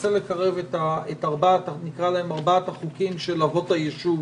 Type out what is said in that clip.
רוצה לקרב את ארבעת החוקים של אבות הישוב